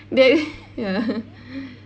that ya